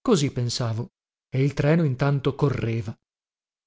così pensavo e il treno intanto correva